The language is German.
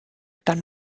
dann